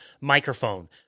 microphone